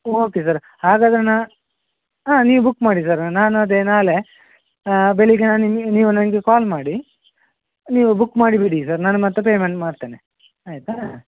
okay sir ಹಾಗಾದರೆ ನಾ ಹಾಂ ನೀವು ಬುಕ್ ಮಾಡಿ ಸರ್ ನಾನು ಅದೇ ನಾಲೆ ಬೆಳಗ್ಗೆ ನಾನು ನಿಮಗೆ ನೀವು ನನಗೆ ಕಾಲ್ ಮಾಡಿ ನೀವು ಬುಕ್ ಮಾಡಿ ಬಿಡಿ ಸರ್ ನಾನು ಮತ್ತೆ ಪೇಮೆಂಟ್ ಮಾಡ್ತೇನೆ ಆಯಿತಾ